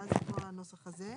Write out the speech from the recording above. ואז כל הנוסח הזה.